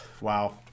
Wow